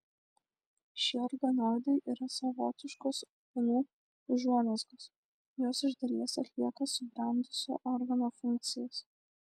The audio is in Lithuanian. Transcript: šie organoidai yra savotiškos organų užuomazgos jos iš dalies atlieka subrendusio organo funkcijas